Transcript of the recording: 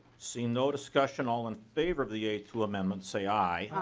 seeing no discussion all in favor of the a two amendment say aye.